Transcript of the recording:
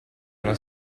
una